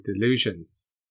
delusions